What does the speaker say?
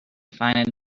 find